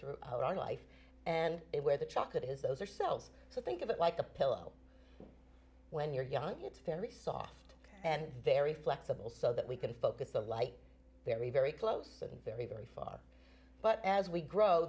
throughout our life and it where the chocolate is those are selves so think of it like a pillow when you're young it's very soft and very flexible so that we can focus the light very very close and very very far but as we grow